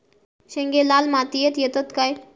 शेंगे लाल मातीयेत येतत काय?